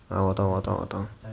啊我懂我懂我懂